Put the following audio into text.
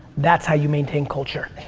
that's how you maintain culture.